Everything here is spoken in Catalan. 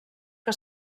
que